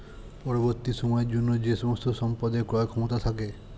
পরবর্তী সময়ের জন্য যে সমস্ত সম্পদের ক্রয় ক্ষমতা থাকে